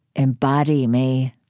embody me.